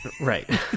right